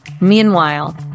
Meanwhile